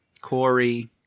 Corey